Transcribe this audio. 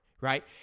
right